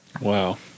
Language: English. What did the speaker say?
Wow